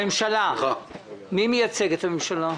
מי מייצג את הממשלה?